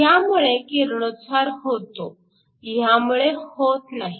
ह्यामुळे किरणोत्सार होतो ह्यामुळे होत नाही